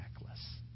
necklace